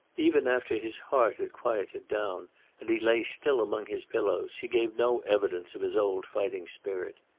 even after his heart had quieted down and he lay still among his pillows, he gave no evidence of his old fighting spirit.